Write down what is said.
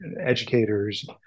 educators